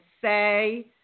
say